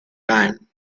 time